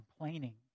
complaining